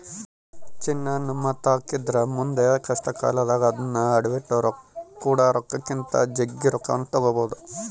ಚಿನ್ನ ನಮ್ಮತಾಕಿದ್ರ ಮುಂದೆ ಕಷ್ಟಕಾಲದಾಗ ಅದ್ನ ಅಡಿಟ್ಟು ಕೊಂಡ ರೊಕ್ಕಕ್ಕಿಂತ ಜಗ್ಗಿ ರೊಕ್ಕವನ್ನು ತಗಬೊದು